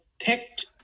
picked